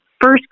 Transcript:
first